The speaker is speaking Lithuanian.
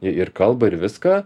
ir kalba ir viską